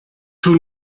tout